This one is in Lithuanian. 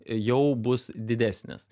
jau bus didesnis